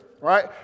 right